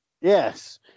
Yes